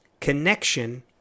connection